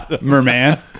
Merman